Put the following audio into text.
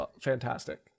fantastic